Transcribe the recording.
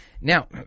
Now